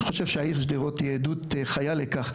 אני חושב שהעיר שדרות היא עדות חיה לכך.